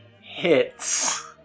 hits